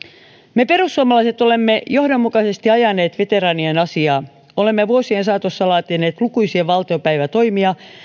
me perussuomalaiset olemme johdonmukaisesti ajaneet veteraanien asiaa olemme vuosien saatossa laatineet lukuisia valtiopäivätoimia